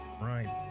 right